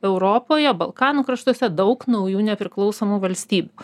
europoje balkanų kraštuose daug naujų nepriklausomų valstybių